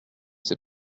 sais